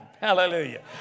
Hallelujah